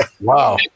wow